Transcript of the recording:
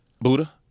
Buddha